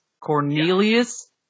Cornelius